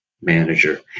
manager